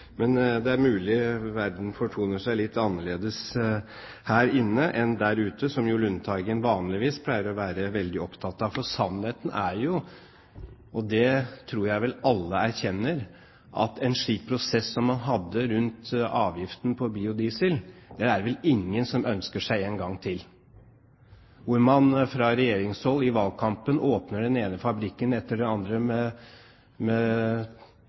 Men det er mulig verden fortoner seg litt annerledes her inne enn der ute, som jo Lundteigen vanligvis pleier å være veldig opptatt av. For sannheten er vel – det tror jeg alle erkjenner – at en slik prosess som man hadde rundt avgiften på biodiesel, er det ingen som ønsker seg en gang til, hvor man fra regjeringshold i valgkampen åpner den ene fabrikken etter den andre med